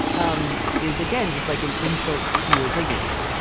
um is again, just like an insult to your dignity.